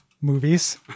movies